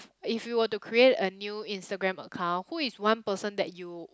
if you were to create a new Instagram account who is one person that you